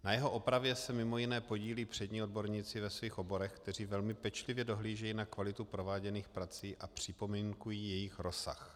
Na jeho opravě se mimo jiné podílí přední odborníci ve svých oborech, kteří velmi pečlivě dohlížejí na kvalitu prováděných prací a připomínkují jejich rozsah.